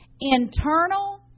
internal